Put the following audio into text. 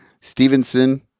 Stevenson